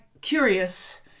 curious